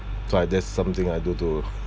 so like that's something I do to